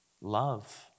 Love